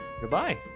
Goodbye